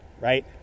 right